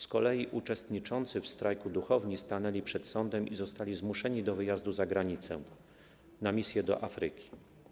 Z kolei uczestniczący w strajku duchowni stanęli przed sądem i zostali zmuszeni do wyjazdu za granicę, na misje do Afryki.